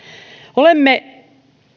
olemme